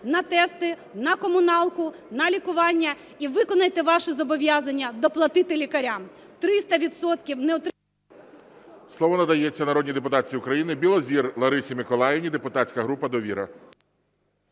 на тести, на комуналку, на лікування. І виконайте ваші зобов'язання доплатити лікарям. 300 відсотків… ГОЛОВУЮЧИЙ. Слово надається народні депутатці України Білозір Ларисі Миколаївні, депутатська група "Довіра".